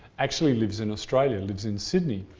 actually lives in australia, lives in sydney.